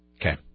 Okay